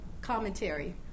commentary